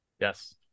Yes